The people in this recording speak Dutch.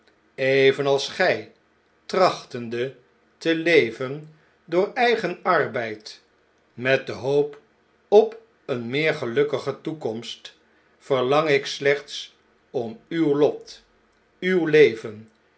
evenals gg trachtende te leven door eigen arbeid met dehoop op eene meer gelukkige toekomst verlang ik slechts om uw lot uw leven